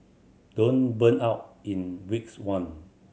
don't burn out in weeks one